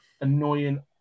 annoying